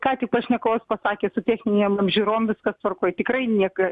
ką tik pašnekovas pasakė su techninėm apžiūrom viskas tvarkoje tikrai nieka